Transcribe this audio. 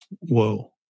Whoa